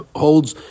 holds